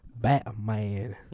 batman